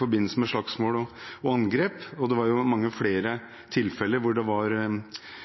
forbindelse med slagsmål og angrep, og det var mange flere tilfeller som var problematiske for dem. De hadde bortvist 10 500 i tredje kvartal i fjor, og det de sier til meg, er at det